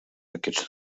aquests